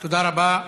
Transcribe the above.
תודה רבה.